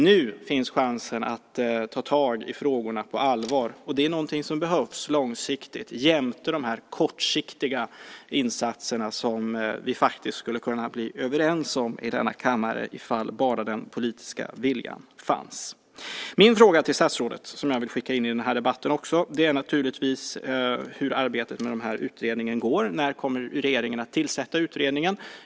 Nu finns chansen att ta tag i frågorna på allvar. Det är någonting som behövs långsiktigt jämte de kortsiktiga insatserna, som vi skulle kunna bli överens om i denna kammare bara den politiska viljan fanns. Min fråga till statsrådet som jag vill skicka in i den här debatten är naturligtvis hur arbetet med den här utredningen går. När kommer regeringen att tillsätta utredningen?